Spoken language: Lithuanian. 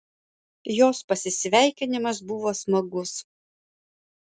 jos pasisveikinimas buvo smagus